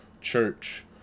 Church